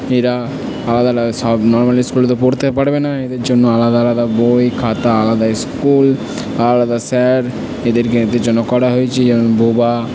এরা আলাদা আলাদা সব নর্মালি স্কুলে তো পড়তে পারবে না এদের জন্য আলাদা আলাদা বই খাতা আলাদা স্কুল আলাদা স্যার এদেরকে এদের জন্য করা হয়েছে যেমন বোবা